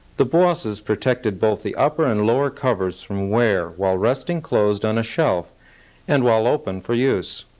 the bosses protected both the upper and lower covers from wear while resting closed on a shelf and while open for use.